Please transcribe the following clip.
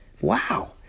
Wow